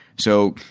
so,